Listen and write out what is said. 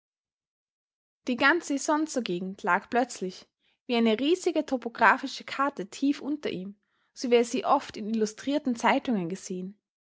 die ganze isonzogegend lag plötzlich wie eine riesige topographische karte tief unter ihm so wie er sie oft in illustrierten zeitungen gesehen